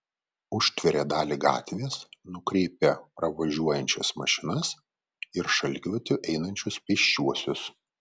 užtveria dalį gatvės nukreipia pravažiuojančias mašinas ir šaligatviu einančius pėsčiuosius